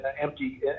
empty